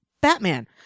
Batman